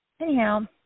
Anyhow